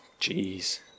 jeez